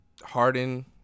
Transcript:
Harden